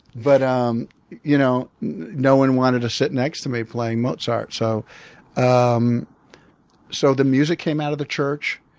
but um you know no one wanted to sit next to me playing mozart. so um so the music came out of the church.